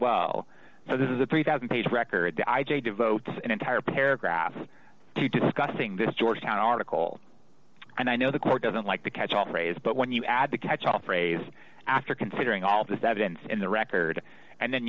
well so this is a three thousand dollars page record i j devotes an entire paragraph to discussing this georgetown article and i know the court doesn't like the catch all phrase but when you add the catch all phrase after considering all this evidence in the record and then